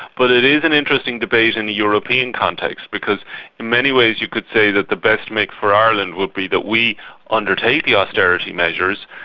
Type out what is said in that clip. but it is an interesting debate in the european context, because in many ways you could say that the best mix for ireland would be that we undertake the austerity measures,